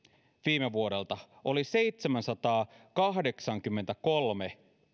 viime vuodelta oli seitsemänsataakahdeksankymmentäkolme